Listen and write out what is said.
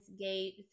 gate